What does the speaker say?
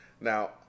Now